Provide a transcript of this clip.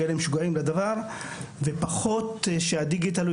כאלה משוגעים לדבר ופחות שהדיגיטל הוא